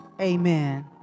amen